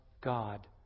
God